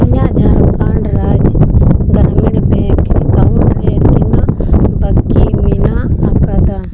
ᱤᱧᱟᱹᱜ Jharkhand Rajya Gramin Bank account ᱨᱮ ᱛᱤᱱᱟᱹᱜ ᱵᱟᱹᱠᱤ ᱢᱮᱱᱟᱜ ᱟᱠᱟᱫᱟ